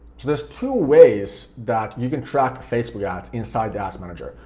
there's two ways that you can track facebook ads inside the ads manager.